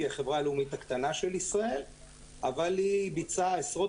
היא החברה הלאומית הקטנה של ישראל אבל היא ביצעה עשרות